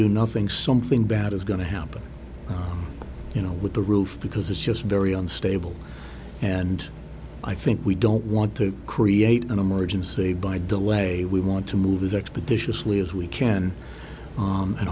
do nothing something bad is going to happen you know with the roof because it's just very unstable and i think we don't want to create an emergency by delay we want to move as expeditious as we can